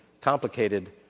complicated